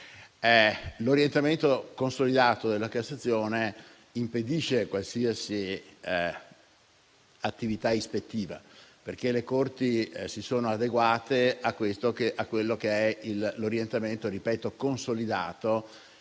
L'orientamento consolidato della Cassazione impedisce qualsiasi attività ispettiva, perché le corti si sono adeguate a tale orientamento consolidato